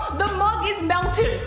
the mug is melting,